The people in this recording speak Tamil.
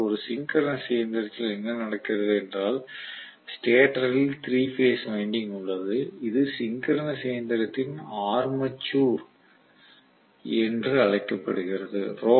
ஆனால் ஒரு சிங்கரனஸ் இயந்திரத்தில் என்ன நடக்கிறது என்றால் ஸ்டேட்டரில் 3 பேஸ் வைண்டிங் உள்ளது இது சிங்கரனஸ் இயந்திரத்தின் ஆர்மேச்சர் என்று அழைக்கப்படுகிறது